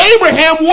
Abraham